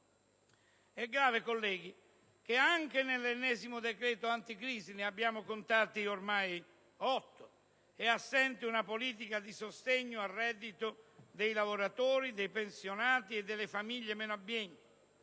È grave, colleghi, che anche nell'ennesimo decreto anticrisi (ne abbiamo contati ormai otto) sia assente una politica di sostegno al reddito dei lavoratori, dei pensionati e delle famiglie meno abbienti,